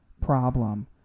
problem